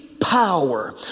Power